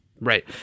Right